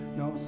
no